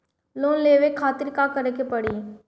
Loan लेवे के खातिर का करे के पड़ेला?